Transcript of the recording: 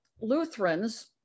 Lutherans